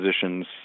positions